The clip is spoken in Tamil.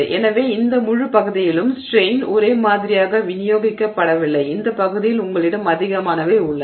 எனவே இந்த முழு பகுதியிலும் ஸ்ட்ரெய்ன் ஒரே மாதிரியாக விநியோகிக்கப்படவில்லை இந்த பகுதியில் உங்களிடம் அதிகமானவை உள்ளன